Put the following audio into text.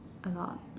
A lot